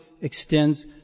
extends